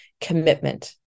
commitment